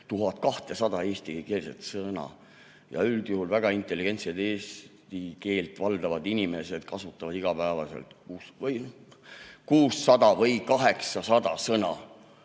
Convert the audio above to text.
1200 eestikeelset sõna. Ja üldjuhul väga intelligentsed eesti keelt valdavad inimesed kasutavad igapäevaselt 600 või 800 sõna.